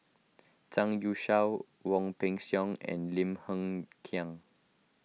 Zhang Youshuo Wong Peng Soon and Lim Hng Kiang